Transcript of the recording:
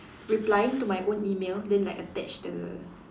replying to my own email then like attach the